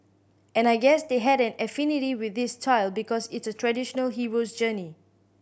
and I guess they had an affinity with this style because it's a traditional hero's journey